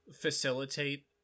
facilitate